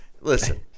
listen